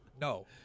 No